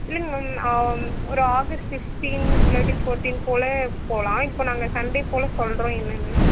இல்லங்க மேம் ஒரு August fifteen இல்லாட்டி ஃபோர்டின் போல போகலாம் இப்போது நாங்கள் சண்டே போல சொல்கிறோம் என்னென்னு